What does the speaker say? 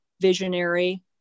visionary